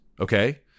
Okay